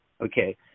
okay